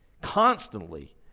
constantly